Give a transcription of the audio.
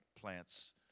plants